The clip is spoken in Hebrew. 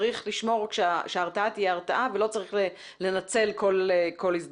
אבל צריך לשמור שההרתעה תהיה הרתעה ולא צריך לנצל כל הזדמנות.